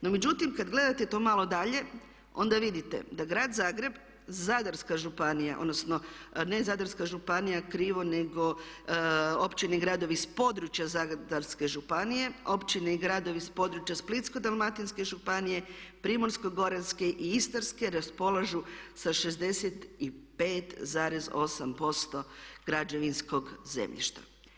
No međutim, kad gledate to malo dalje onda vidite da grad Zagreb, Zadarska županija, odnosno ne Zadarska županija krivo nego općine i gradovi s područja Zadarske županije, općine i gradovi s područja Splitsko-Dalmatinske županije, Primorsko-Goranske i Istarske raspolažu sa 65,8% građevinskog zemljišta.